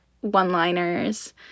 one-liners